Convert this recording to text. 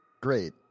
great